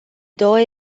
două